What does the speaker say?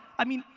i mean,